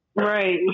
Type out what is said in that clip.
Right